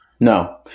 No